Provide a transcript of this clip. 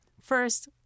First